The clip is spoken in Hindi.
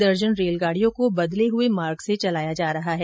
वहीं एक दर्जन रेलगाड़ियों को बदले हुए मार्ग से चलाया जा रहा है